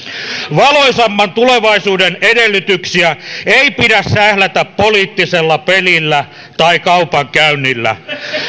valoisamman tulevaisuuden edellytyksiä ei pidä sählätä poliittisella pelillä tai kaupankäynnillä